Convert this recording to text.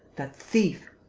that thief.